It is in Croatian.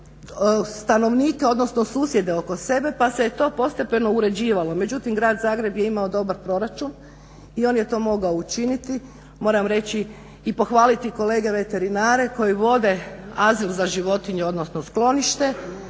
stanovnike odnosno susjede oko sebe pa se je to postepeno uređivalo. Međutim grad Zagreb je imao dobar proračun i on je to mogao učiniti. Moram reći i pohvaliti kolege veterinare koji vode azil za životinje odnosno sklonište